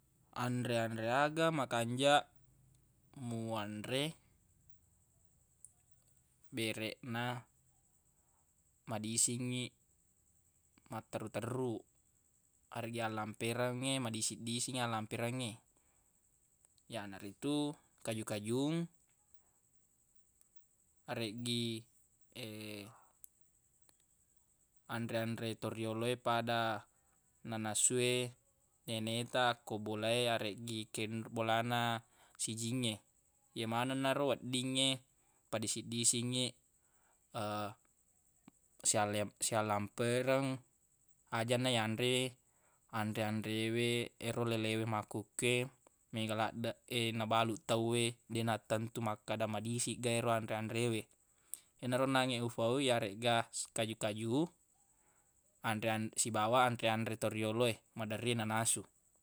Anre-anre aga makanjaq muanre bereq na madisingngi matterruq-terruq areggi allamperengnge madisi-disingngi allamperengnge yanaritu kaju-kajung areggi anre-anre toriyolo e pada nanasu e nene ta ko bola e yareggi ke bolana sijingnge ye manenna ro weddingnge padisi-disingngiq sialle- siallampereng ajana iyanre i anre-anre we ero lele we makkuke mega laddeq nabaluq tawwe deq nattentu makkada madisigga yero anre-anre we yenaro onnangnge ufau wi yaregga kaju-kajung anre-anre sibawa anre-anre toriyolo e maderri e nanasu